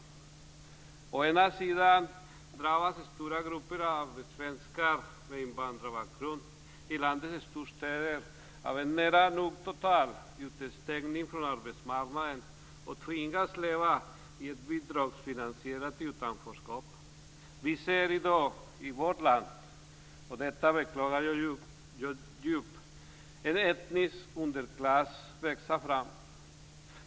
Å ena sidan drabbas stora grupper av svenskar med invandrarbakgrund i landets storstäder av en nära nog total utestängning från arbetsmarknaden och tvingas leva i ett bidragsfinansierat utanförskap. Vi ser i vårt land en etnisk underklass växa fram, och det beklagar jag djupt.